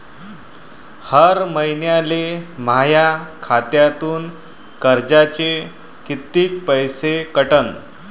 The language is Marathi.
हर महिन्याले माह्या खात्यातून कर्जाचे कितीक पैसे कटन?